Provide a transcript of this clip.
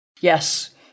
Yes